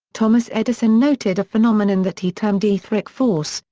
thomas edison noted a phenomenon that he termed etheric force,